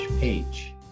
page